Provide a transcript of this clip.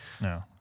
No